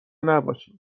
نباشین